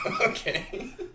Okay